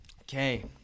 Okay